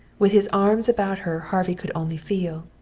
with his arms about her harvey could only feel.